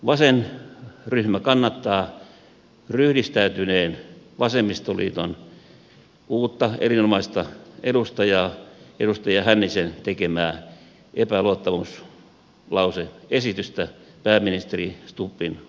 vasenryhmä kannattaa ryhdistäytyneen vasemmistoliiton uutta erinomaista edustaja hännisen tekemää epäluottamuslause esitystä pääministeri stubbin hallitukselle